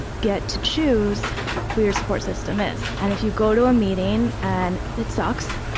get to choose who your support system is. and if you go to a meeting and it sucks,